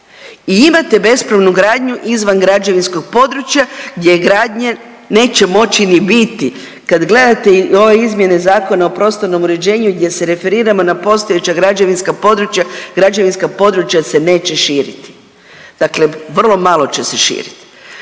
i imate besplatnu gradnju izvan građevinskog područja gdje gradnje neće moći ni biti. Kad gledate ove izmjene Zakona o prostornom uređenju gdje se referiramo na postojeća građevinska područja, građevinska područja se neće širiti. Dakle, vrlo malo će se širiti.